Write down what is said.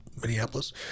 Minneapolis